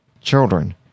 children